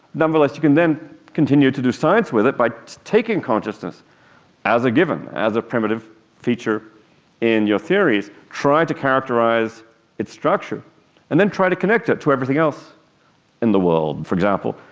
nonetheless you can then continue to do science with it by taking consciousness as a given, as a primitive feature in your theories, try to characterise its structure and then try to connect it to everything else in the world, for example,